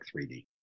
3D